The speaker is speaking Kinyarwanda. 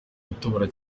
gutobora